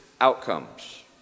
outcomes